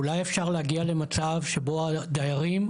אולי אפשר להגיע למצב שבו הדיירים,